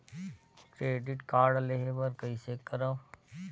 Credit card लेहे बर कइसे करव?